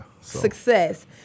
Success